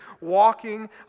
walking